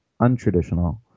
untraditional